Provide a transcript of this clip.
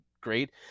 great